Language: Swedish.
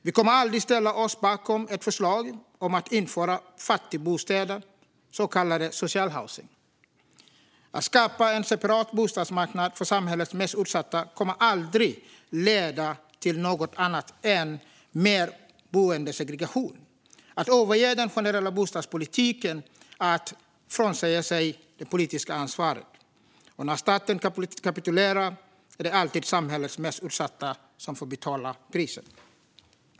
Vi kommer aldrig att ställa oss bakom ett förslag om att införa fattigbostäder, så kallad social housing. Att skapa en separat bostadsmarknad för samhällets mest utsatta kommer aldrig att leda till något annat än mer boendesegregation. Att överge den generella bostadspolitiken är att frånsäga sig det politiska ansvaret, och när staten kapitulerar är det alltid samhällets mest utsatta som får betala priset.